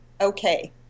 Okay